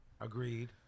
Agreed